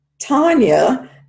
tanya